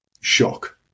shock